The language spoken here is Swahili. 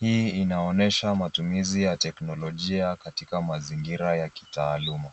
Hii inaonyesha matumizi ya teknolojia katika mazingira ya kitaaluma.